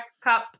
cup